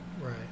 Right